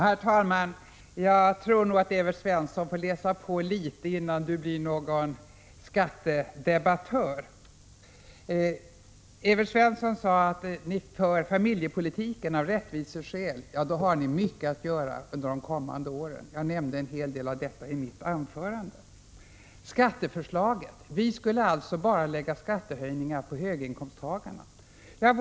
Herr talman! Jag tror att Evert Svensson får läsa på litet innan han blir någon skattedebattör. Evert Svensson sade att socialdemokraterna för familjepolitiken av rättviseskäl. — Ja, då har ni mycket att göra under de kommande åren. Jag nämnde en hel del av detta i mitt tidigare anförande. Vi skulle alltså lägga fram förslag om skattesänkningar bara för höginkomsttagarna, enligt Evert Svensson.